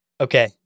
Okay